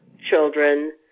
children